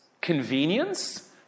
Convenience